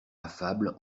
affable